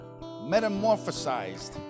metamorphosized